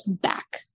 back